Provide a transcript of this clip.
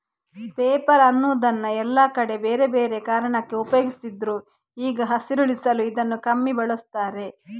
paper ಅನ್ನುದನ್ನ ಎಲ್ಲಾ ಕಡೆ ಬೇರೆ ಬೇರೆ ಕಾರಣಕ್ಕೆ ಉಪಯೋಗಿಸ್ತಿದ್ರು ಈಗ ಹಸಿರುಳಿಸಲು ಇದನ್ನ ಕಮ್ಮಿ ಬಳಸ್ತಾರೆ